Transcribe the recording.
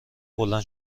بلند